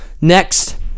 Next